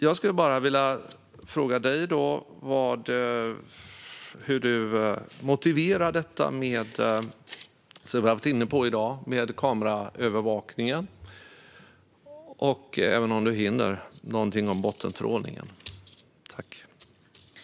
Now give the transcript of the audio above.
Jag skulle bara vilja fråga dig, Elisabeth Falkhaven, hur du motiverar detta med kameraövervakningen, och om du hinner får du gärna säga något om bottentrålningen också.